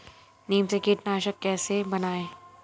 नीम से कीटनाशक कैसे बनाएं?